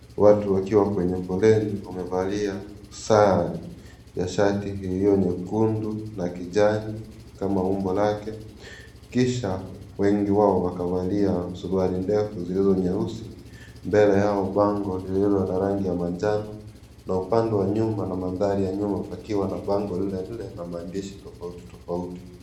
Watu wakiwa kwenye foleni wamevalia sare hio ya shati nyekundu na kijani kama umbo lake kisha wengi wao wakavalia suruali ndefu zilizo nyeusi . Mbele yao bango lililo la rangi ya manjano na upande wa nyuma na mandhari ya nyuma ikiwa na bango lile lile na maandishi tofauti.